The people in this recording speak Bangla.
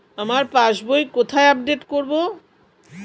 আমার পাস বই কোথায় আপডেট করব?